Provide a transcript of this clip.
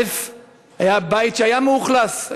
היה בית שהיה מאוכלס,